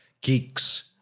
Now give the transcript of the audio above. geeks